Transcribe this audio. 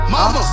Mama